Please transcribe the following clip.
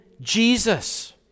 Jesus